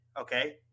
okay